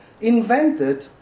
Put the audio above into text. invented